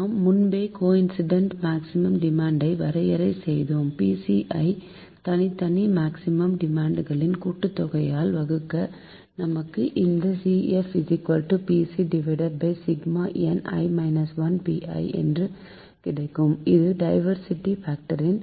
நாம் முன்பே coincident maximum demand ஐ வரையறை செய்தோம் P c ஐ தனித்தனி மேக்சிமம் டிமாண்ட்களின் கூட்டுத்தொகையால் வகுக்க நமக்கு இந்த CF pci1npi என்று கிடைக்கும் இது டைவர்ஸிட்டி பாக்டரின்